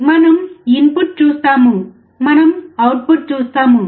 మనము ఇన్పుట్ చూస్తాము మనము అవుట్పుట్ చూస్తాము